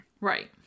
right